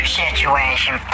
situation